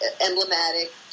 emblematic